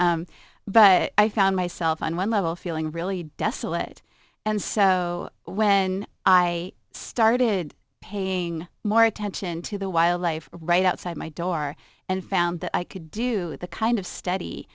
but i found myself on one level feeling really desolate and so when i started paying more attention to the wildlife right outside my door and found that i could do the kind of st